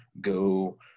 go